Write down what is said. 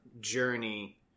journey